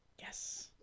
yes